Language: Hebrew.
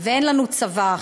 ואין לנו צבא אחר.